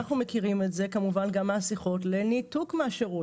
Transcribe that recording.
אנחנו מכירים את זה כמובן גם מהשיחות לניתוק מהשירות.